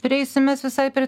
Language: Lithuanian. prieisim mes visai prie